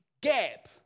gap